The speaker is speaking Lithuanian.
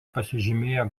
pasižymėjo